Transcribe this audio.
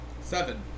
Seven